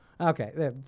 Okay